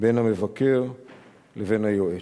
בין המבקר לבין היועץ".